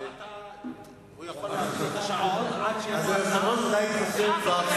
הוא יכול לעצור את השעון עד שהשר יגיע,